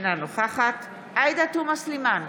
אינה נוכחת עאידה תומא סלימאן,